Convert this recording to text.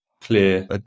clear